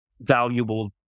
valuable